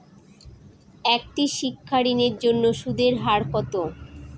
একটি শিক্ষা ঋণের জন্য সুদের হার কত?